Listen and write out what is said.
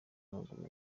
w’amaguru